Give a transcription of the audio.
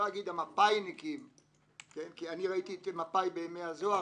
לא אומר המפא"ינים, כי ראיתי את מפא"י בימי הזוהר,